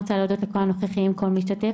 אני רוצה להודות לכל הנוכחים, לכל מי שהשתתף.